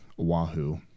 Oahu